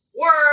work